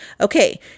okay